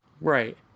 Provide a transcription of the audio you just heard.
Right